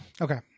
Okay